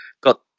got